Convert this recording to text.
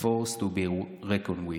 a force to be reckoned with.